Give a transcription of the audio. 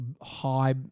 high